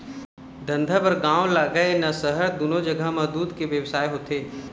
धंधा बर गाँव लागय न सहर, दूनो जघा म दूद के बेवसाय होथे